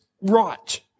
right